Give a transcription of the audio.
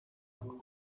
ngo